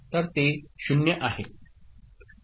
तर ते 0 आहे